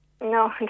No